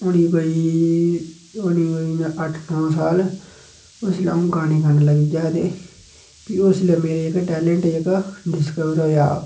होनी कोई होनी कोई में अट्ठ नौ साल उसलै अ'ऊं गाने गान लगी पेआ हा ते भी उसलै मेरा जेह्का टेलैंट जेह्का डिस्कवर होएआ